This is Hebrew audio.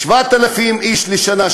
7,000 איש בשנה,